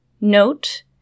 Note